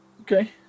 Okay